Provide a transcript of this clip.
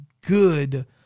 good